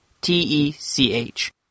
T-E-C-H